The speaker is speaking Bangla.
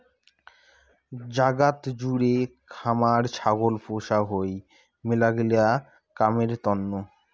জাগাত জুড়ে খামার ছাগল পোষা হই মেলাগিলা কামের তন্ন